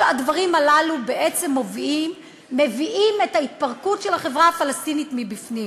כל הדברים הללו בעצם מביאים את ההתפרקות של החברה הפלסטינית מבפנים.